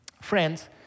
Friends